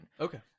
Okay